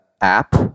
app